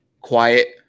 quiet